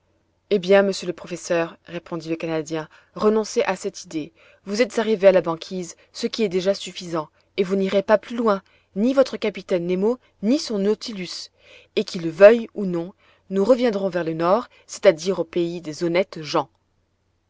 eh bien monsieur le professeur répondit le canadien renoncez à cette idée vous êtes arrivé à la banquise ce qui est déjà suffisant et vous n'irez pas plus loin ni votre capitaine nemo ni son nautilus et qu'il le veuille ou non nous reviendrons vers le nord c'est-à-dire au pays des honnêtes gens